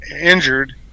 injured